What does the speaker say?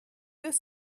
deux